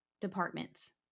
departments